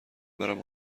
برم